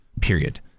Period